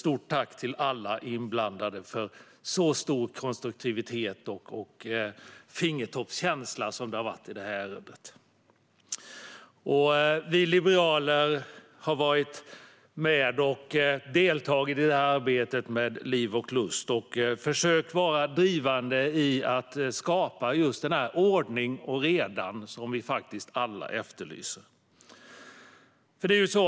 Stort tack till alla inblandade för stor konstruktivitet och fingertoppskänsla i ärendet! Vi liberaler har varit med och deltagit i arbetet med liv och lust och försökt vara drivande när det gäller att skapa just ordning och reda, som vi ju alla efterlyser.